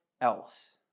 else